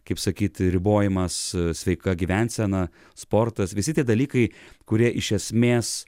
kaip sakyti ribojimas sveika gyvensena sportas visi tie dalykai kurie iš esmės